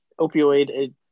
opioid